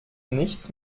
nichts